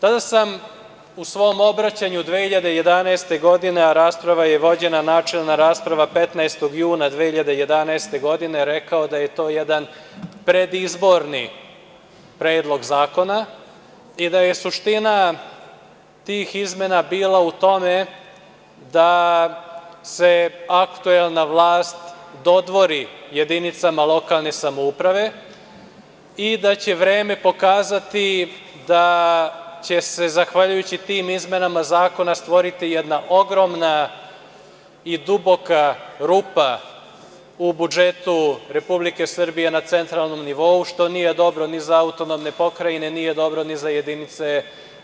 Tada sam u svom obraćanju 2011. godine, a načelna rasprava je vođena 15. juna 2011. godine, rekao da je to jedan predizborni predlog zakona i da je suština tih izmena bila u tome da se aktuelna vlast dodvori jedinicama lokalne samouprave i da će vreme pokazati da će se zahvaljujući tim izmenama zakona stvoriti jedna ogromna i duboka rupa u budžetu Republike Srbije na centralnom nivou, što nije dobro ni za autonomne pokrajine, a nije dobro ni za jedinice